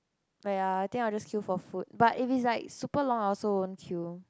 oh ya I think I will just queue for food but it's like super long I also won't queue